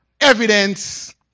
evidence